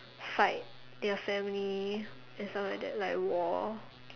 fight their family and stuff like that like war